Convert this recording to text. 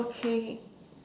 okay